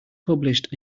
published